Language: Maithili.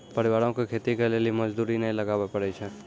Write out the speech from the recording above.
परिवारो के खेती करे लेली मजदूरी नै लगाबै पड़ै छै